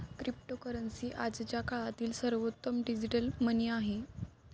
cryptocurrency आजच्या काळातील सर्वोत्तम डिजिटल मनी आहे